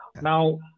Now